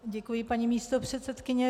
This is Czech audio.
Děkuji, paní místopředsedkyně.